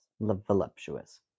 Voluptuous